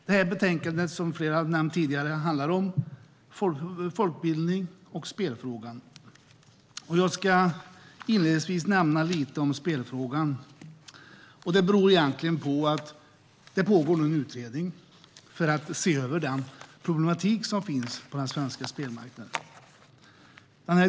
Fru talman! Betänkandet handlar, som många har nämnt tidigare, om folkbildning och spelfrågor. Jag ska beröra spelfrågan kort. Det pågår nämligen en utredning för att se över problematiken på den svenska spelmarknaden.